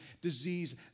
disease